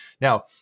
Now